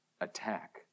attack